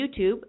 YouTube